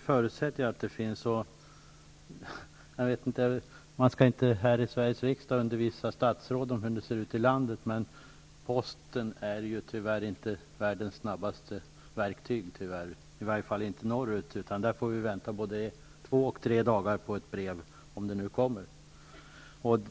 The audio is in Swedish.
förutsätter jag att sådan finns. Man skall inte här i Sveriges riksdag undervisa statsråd om hur det ser ut i landet, men posten är tyvärr inte världens snabbaste verktyg, i varje fall inte uppe i norr. Där får vi vänta två till tre dagar på ett brev.